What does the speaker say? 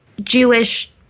Jewish